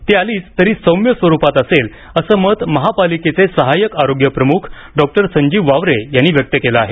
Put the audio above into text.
ती आलीच तरी सौम्य स्वरुपात असेल असे मत महापालिकेचे सहाय्यक आरोग्यप्रमुख डॉक्टर संजीव वावरे यांनी व्यक्त केले आहे